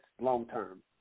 long-term